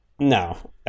No